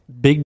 big